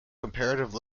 comparative